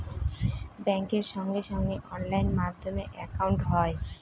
ব্যাঙ্কের সঙ্গে সঙ্গে অনলাইন মাধ্যমে একাউন্ট হয়